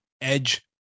edge